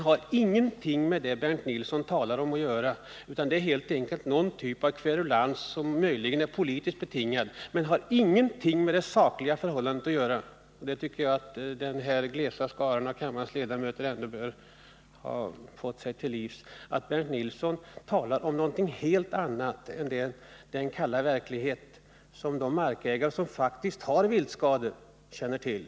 Vad Bernt Nilsson talar om är helt enkelt någon typ av kverulans som möjligen är politiskt betingad men som inte har någonting med det sakliga förhållandet att göra. Jag tycker att den glesa skaran av kammarledamöter ändå bör få sig till livs den upplysningen att Bernt Nilsson talar om något helt annat än den kalla verklighet som de markägare som faktiskt har viltskador känner till.